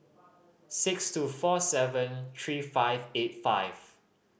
six two four seven three five eight five